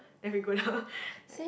then we go down like